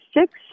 six